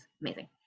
amazing